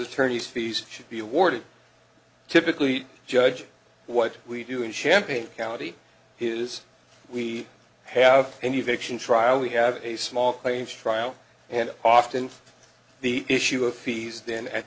attorney's fees should be awarded typically judge what we do in champagne county is we have an even action trial we have a small claims trial and often the issue of fees then at